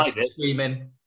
screaming